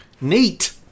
Neat